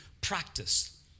practice